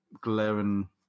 glaring